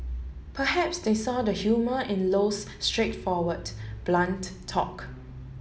perhaps they saw the humour in Low's straightforward blunt talk